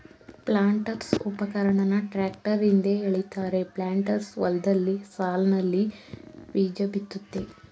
ಪ್ಲಾಂಟರ್ಸ್ಉಪಕರಣನ tractor ಹಿಂದೆ ಎಳಿತಾರೆ planters ಹೊಲ್ದಲ್ಲಿ ಸಾಲ್ನಲ್ಲಿ ಬೀಜಬಿತ್ತುತ್ತೆ